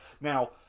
now